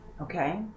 okay